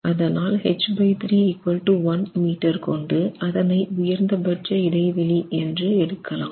அதனால் h3 1 metre கொண்டு அதனை உயர்ந்த பட்ச இடைவெளி என்று எடுக்கலாம்